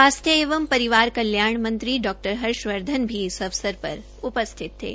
राजस्व एवं परिवार कल्याण मंत्री हर्षवर्धन भी इस अवसर पर उपस्थित थे